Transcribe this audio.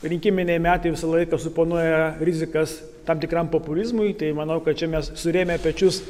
rinkiminiai metai visą laiką suponuoja rizikas tam tikram populizmui tai manau kad čia mes surėmę pečius